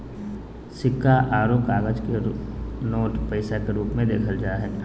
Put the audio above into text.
सिक्का आरो कागज के नोट पैसा के रूप मे देखल जा हय